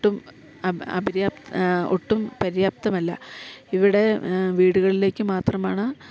ഒട്ടും അപര്യാപ്ത ഒട്ടും പര്യാപ്തമല്ല ഇവിടെ വീടുകളിലേക്ക് മാത്രമാണ്